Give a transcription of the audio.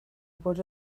bod